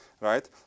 right